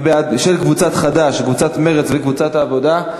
של קבוצת חד"ש, קבוצת מרצ וקבוצת העבודה.